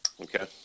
Okay